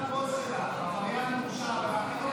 בושה שזה הבוס שלך.